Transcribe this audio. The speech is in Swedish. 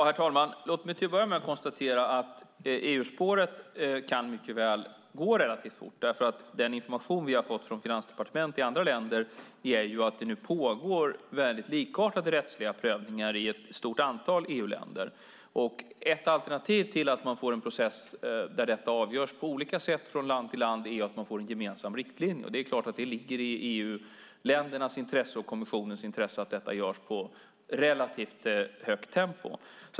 Herr talman! Låt mig till att börja med konstatera att EU-spåret mycket väl kan gå relativt fort. Den information vi har fått från finansdepartement i andra länder ger vid handen att det nu pågår väldigt likartade rättsliga prövningar i ett stort antal EU-länder. Ett alternativ till att man får en process där detta avgörs på olika sätt från land till land är att man får en gemensam riktlinje. Det är klart att det ligger i EU-ländernas och kommissionens intresse att detta görs i relativt högt tempo.